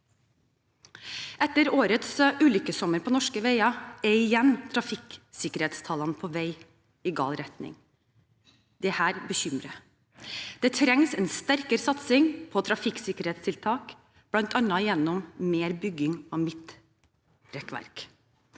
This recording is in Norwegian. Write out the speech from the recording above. Etter årets ulykkessommer på norske veier er igjen trafikksikkerhetstallene på vei i gal retning. Dette bekymrer. Det trengs en sterkere satsing på trafikksikkerhetstiltak, bl.a. gjennom mer bygging av midtrekkverk.